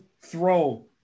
throw